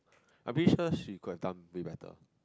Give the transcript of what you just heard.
I am pretty sure she could have done way better